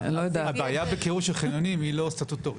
הבעיה בקירוי של חניונים היא לא סטטוטורית.